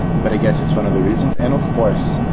but i guess, it's one of the reasons. and of course,